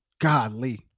Godly